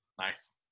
Nice